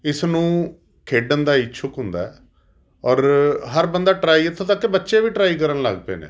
ਇਸ ਨੂੰ ਖੇਡਣ ਦਾ ਇੱਛੁਕ ਹੁੰਦਾ ਔਰ ਹਰ ਬੰਦਾ ਟਰਾਈ ਇੱਥੋਂ ਤੱਕ ਬੱਚੇ ਵੀ ਟਾਰਾਈ ਕਰਨ ਲੱਗ ਪਏ ਨੇ